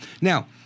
now